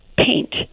paint